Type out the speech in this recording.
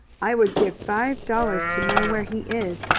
i would give five dollars to know where he is,